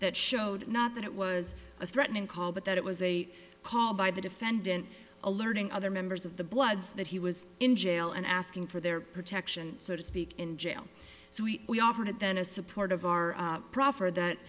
that showed not that it was a threatening call but that it was a call by the defendant alerting other members of the bloods that he was in jail and asking for their protection so to speak in jail so we offered them to support of our proffer that